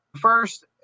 first